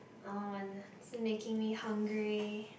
oh and this is making me hungry